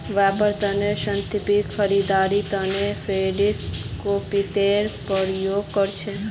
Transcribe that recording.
व्यापारेर तने संपत्ति खरीदवार तने फिक्स्ड कैपितलेर प्रयोग कर छेक